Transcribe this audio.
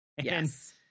Yes